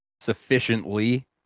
sufficiently